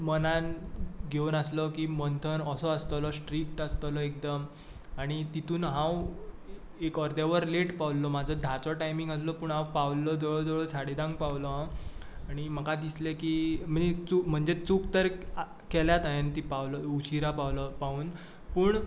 मनांत घेवन आसलो की मंथन असो आसतलो स्ट्रीक्ट आसतलो एकदम आनी तितूंत हांव एक अर्देवर लेट पावल्लों म्हज्या धाचो टायमींग आसलो पूण हांव पावल्लो जवळ जवळ साडे धांक पावलो हांव आनी म्हाका दिसलें की म्हणजे म्हणजे चूक तर केल्याच हांयेन पावलो उशिरा पावून पूण